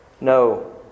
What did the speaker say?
No